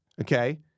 okay